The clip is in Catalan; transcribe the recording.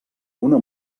una